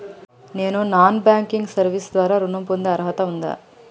నేను non banking service ద్వారా ఋణం పొందే అర్హత ఉందా?